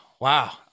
Wow